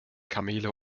kamele